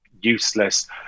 useless